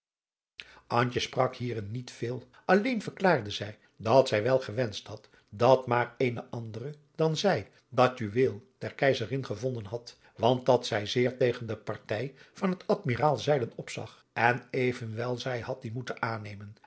hierin niet veel alleen verklaarde zij dat zij wel gewenscht had dat maar eene andere dan zij dat juweel der keizerin gevonden had want dat zij zeer tegen de partij van het admiraalzeilen opzag en evenwel zij had die moeten aannemen